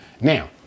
Now